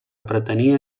pretenia